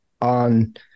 on